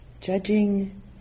Judging